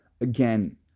Again